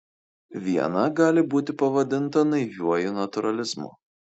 viena gali būti pavadinta naiviuoju natūralizmu